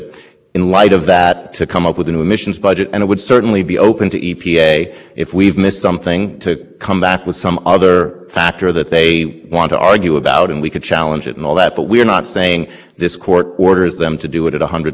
mean this court said in its last opinion that a p a took no steps to safeguard against over control and it's not surprising that if you don't believe the obligation exists and you take no steps to comply with it then you will find at the end of the day